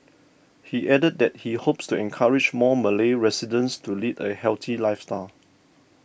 he added that he hopes to encourage more Malay residents to lead a healthy lifestyle